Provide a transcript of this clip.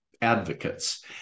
advocates